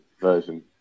version